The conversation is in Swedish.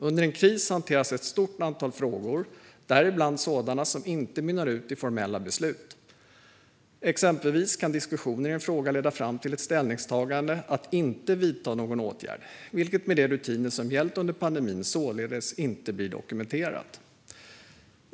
Under en kris hanteras ett stort antal frågor, däribland sådana som inte mynnar ut i formella beslut. Exempelvis kan diskussioner i en fråga leda fram till ett ställningstagande att inte vidta någon åtgärd, vilket med de rutiner som gällt under pandemin således inte blir dokumenterat.